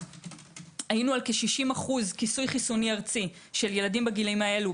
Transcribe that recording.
היינו על כ-60% כיסוי חיסוני ארצי של ילדים בגילאים הללו